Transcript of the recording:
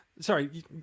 sorry